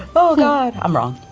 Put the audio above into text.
oh, god, i'm wrong.